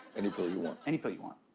any pill you want? any pill you want.